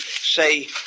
say